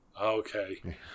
Okay